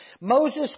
Moses